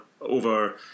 over